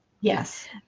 Yes